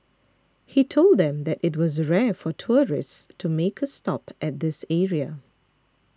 he told them that it was rare for tourists to make a stop at this area